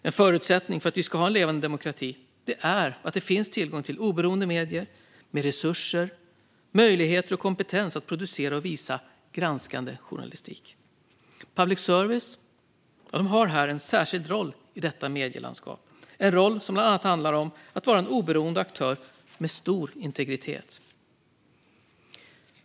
En förutsättning för att vi ska ha en levande demokrati är att det finns tillgång till oberoende medier med resurser, möjligheter och kompetens att producera och visa granskande journalistik. Public service har en särskild roll i detta medielandskap. Det är en roll som bland annat handlar om att vara en oberoende aktör med stor integritet.